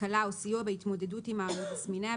הקלה או סיוע בהתמודדות עימה או עם תסמיניה,